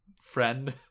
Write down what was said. friend